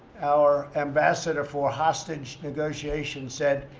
our ambassador for hostage negotiations said,